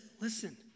listen